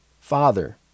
Father